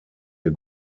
ihr